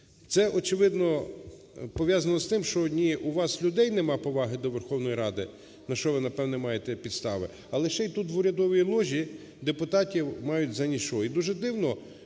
Це, очевидно, пов'язано з тим, що у вас в людей немає поваги до Верховної Ради, на що ви, напевно, маєте підстави, але ще й тут в урядовій ложі депутатів мають за ніщо.